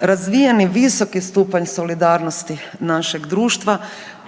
razvijeni visoki stupanj solidarnosti našeg društva